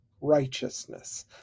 righteousness